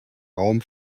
raum